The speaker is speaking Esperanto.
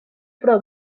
pro